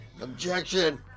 Objection